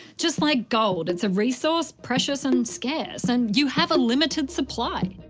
just like gold, it's a resource, precious and scarce, and you have a limited supply.